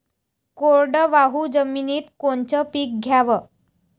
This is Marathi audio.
कोरडवाहू जमिनीत कोनचं पीक घ्याव?